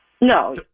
No